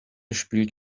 spielt